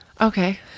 Okay